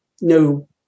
no